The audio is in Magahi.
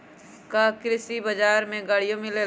का कृषि बजार में गड़ियो मिलेला?